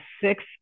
six